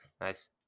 nice